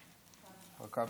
הרכבי,